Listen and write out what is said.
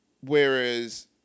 Whereas